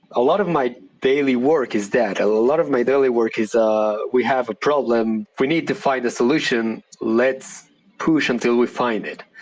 a lot of my daily work is that a lot of my daily work is we have a problem. we need to find a solution. let's push until we find it.